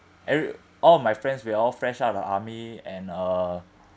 every all of my friends we all fresh out of the army and uh